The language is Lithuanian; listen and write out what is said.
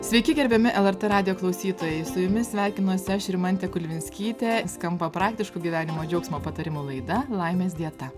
sveiki gerbiami lrt radijo klausytojai su jumis sveikinuosi aš rimantė kulvinskytė skamba praktiškų gyvenimo džiaugsmo patarimų laida laimės dieta